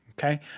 okay